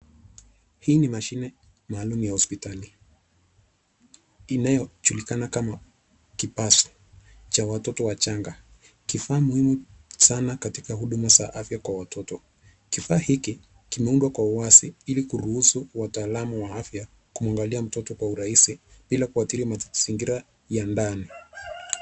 Hii ni mashine maalum ya hospitali inayojulikana kama Kipasu cha watoto wachanga. Kifaa muhimu sana katika huduma za afya kwa watoto. Kifaa hiki kimeundwa kwa uwazi ili kuruhusu wataalamu wa afya kumwangalia mtoto kwa urahisi bila kuadhiri mazingira ya ndani.